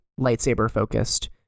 lightsaber-focused